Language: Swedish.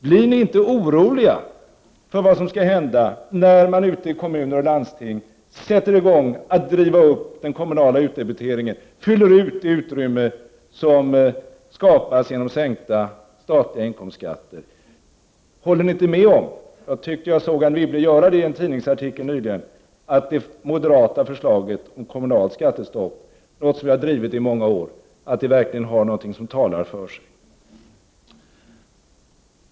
Blir ni inte oroliga för vad som skall hända när man ute i kommuner och landsting sätter i gång att driva upp den kommunala utdebiteringen och fyller ut det utrymme som skapas genom en sänkning av den statliga inkomstskatten? Håller ni inte med om -— jag tyckte att jag såg att Anne Wibble gjorde det i en tidningsartikel nyligen — att det moderata förslaget om kommunalt skattestopp, som vi moderater har drivit i många år, verkligen har något som talar för sig?